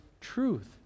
truth